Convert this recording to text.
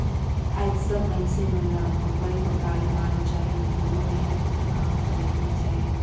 आएज सब मइनसे मन ल पकल पकाल माल चाही कोनो मेहनत कर काम करेक नी चाहे